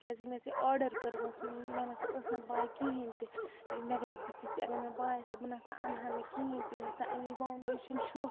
کیٛازکہِ مےٚ ٲس یہِ آرڈَر کرمٕژ مےٚ نَہ ٲس نہٕ پاے کِہیٖنۍ تہِ یہِ مےٚ گژھہِ بُتھِس اگر مےٚ پاے آسہِ ہا بہٕ نَہ سا اَنہٕ ہا نہٕ کِہیٖنۍ تہِ مےٚ ہسا انے فانٛوڈیشَن شوق